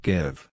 Give